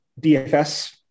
DFS